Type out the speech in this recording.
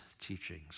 teachings